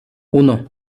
uno